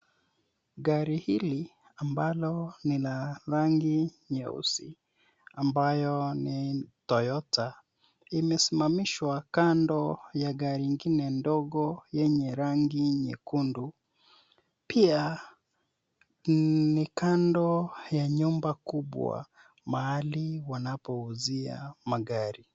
Gari hili ambalo ni la rangi nyeusi ambayo ni Toyota imesimamishwa kando ya gari ingine ndogo yenye rangi nyekundu pia ni kando ya nyumba kubwa mahali wanapouzia magari.